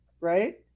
right